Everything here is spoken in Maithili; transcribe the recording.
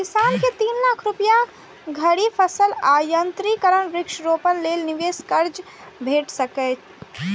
किसान कें तीन लाख रुपया धरि फसल आ यंत्रीकरण, वृक्षारोपण लेल निवेश कर्ज भेट सकैए